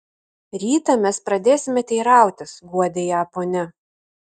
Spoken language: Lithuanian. rytą mes pradėsime teirautis guodė ją ponia